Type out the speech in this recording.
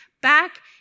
back